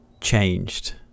changed